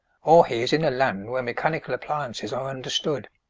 or he is in a land where mechanical appliances are understood.